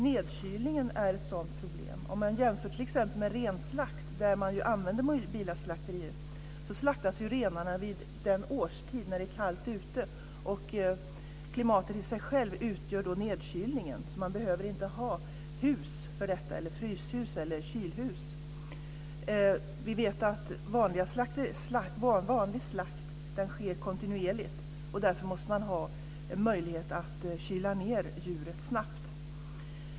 Nedkylningen är ett sådant problem. Man kan jämföra med renslakt, där man använder mobila slakterier. Renar slaktas vid en årstid då det är kallt ute. Klimatet utgör då nedkylningen. Man behöver inte ha fryshus eller kylhus. Vanlig slakt sker kontinuerligt. Därför måste man ha möjlighet att kyla ned djuret snabbt.